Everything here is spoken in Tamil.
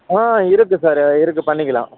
ஆ இருக்குது சார் இருக்குது பண்ணிக்கலாம்